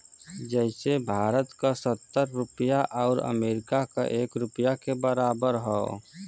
जइसे भारत क सत्तर रुपिया आउर अमरीका के एक रुपिया के बराबर हौ